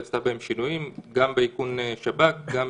היא עשתה בהם שינויים: גם באיכון שב"כ וגם